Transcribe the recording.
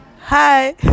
Hi